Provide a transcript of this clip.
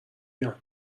یان